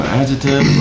adjective